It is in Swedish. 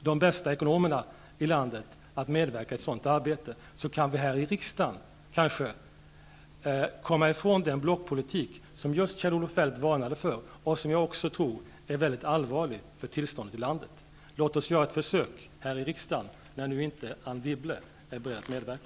de bästa ekonomerna i landet att medverka i ett sådant arbete, så kan vi kanske här i riksdagen komma ifrån den blockpolitik som just Kjell-Olof Feldt varnade för och jag också tror är väldigt allvarlig för tillståndet i landet. Låt oss göra detta här i riksdagen när nu inte Anne Wibble är beredd att medverka.